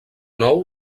nou